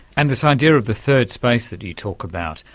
and this idea of the third space that you talk about,